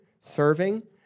serving